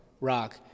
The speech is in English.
rock